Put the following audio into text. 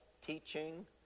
teaching